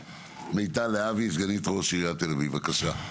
מיטל להבי, סגנית ראש עיריית תל-אביב, בבקשה.